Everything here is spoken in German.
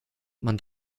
man